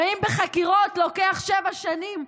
הרי אם בחקירות לוקח שבע שנים,